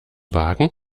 wagen